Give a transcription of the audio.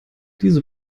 diese